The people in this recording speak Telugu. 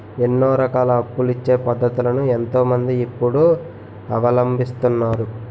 ఎన్నో రకాల అప్పులిచ్చే పద్ధతులను ఎంతో మంది ఇప్పుడు అవలంబిస్తున్నారు